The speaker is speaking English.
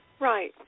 Right